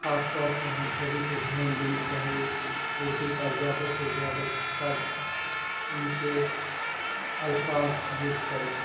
خاص طور پہ ہم سبھی کو دھیان دینی چاہیے کہ اردو کا زیادہ سے زیادہ شبد ان کے الفاظ یوز کریں